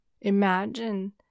Imagine